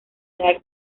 edad